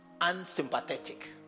unsympathetic